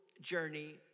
journey